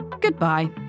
goodbye